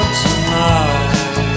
tonight